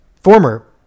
former